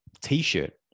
T-shirt